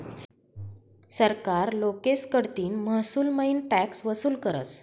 सरकार लोकेस कडतीन महसूलमईन टॅक्स वसूल करस